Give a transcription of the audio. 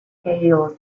scales